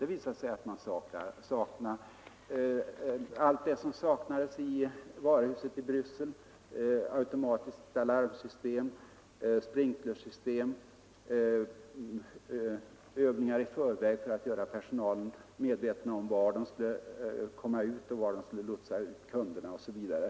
Det visade sig att man i varuhus här saknade allt det som saknades i varuhuset i Bryssel: automatiska larmsystem, sprinklersystem, övningar i förväg för att göra personalen medveten om var den kunde komma ut och var man kunde lotsa ut kunderna osv.